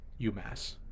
UMass